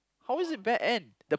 how is it bad end